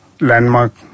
landmark